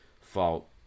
fault